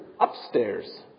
upstairs